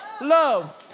love